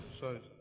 Sorry